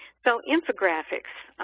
so infographics,